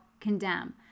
condemn